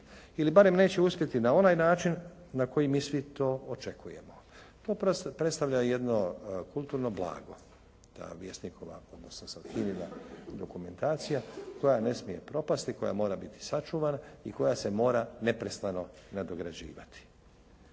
Ili barem neće uspjeti na onaj način na koji mi svi to očekujemo. To predstavlja jedno kulturno blago, ta Vjesnikova odnosno sad HINA-ina dokumentacija koja ne smije propasti, koja mora biti sačuvana i koja se mora neprestano nadograđivati.